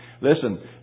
Listen